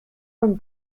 von